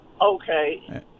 Okay